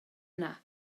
yna